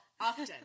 often